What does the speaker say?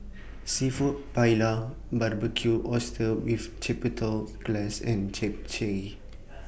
Seafood Paella Barbecued Oysters with Chipotles Glaze and Japchae